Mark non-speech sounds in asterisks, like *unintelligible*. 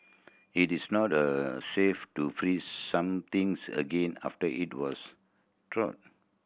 it is not safe to freeze somethings again after it was *unintelligible*